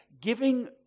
giving